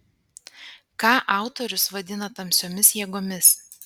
ką autorius vadina tamsiomis jėgomis